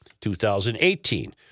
2018